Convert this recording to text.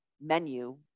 menu